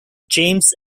james